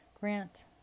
Grant